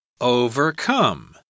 Overcome